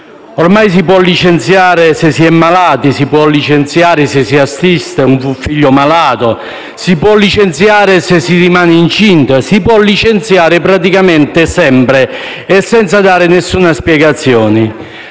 Ormai si può licenziare se si è malati; si può licenziare se si assiste un figlio malato; si può licenziare se si rimane incinta; si può licenziare praticamente sempre e senza dare alcuna spiegazione.